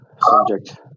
subject